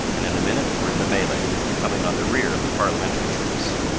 and in a minute were in the melee, coming on the rear of the parliamentary troops.